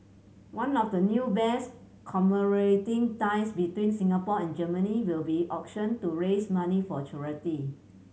one of the new bears commemorating ties between Singapore and Germany will be auctioned to raise money for charity